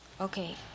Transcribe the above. Okay